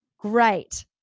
great